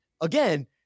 again